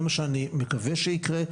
זה מה שאני מקווה שיקרה.